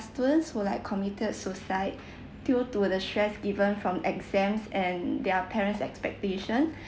students who like committed suicide due to the stress given from exams and their parents' expectation